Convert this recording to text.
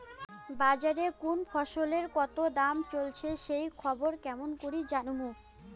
বাজারে কুন ফসলের কতো দাম চলেসে সেই খবর কেমন করি জানীমু?